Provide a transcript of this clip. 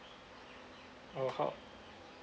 or how